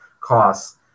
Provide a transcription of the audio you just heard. costs